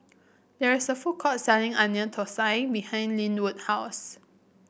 there is a food court selling Onion Thosai behind Lynwood house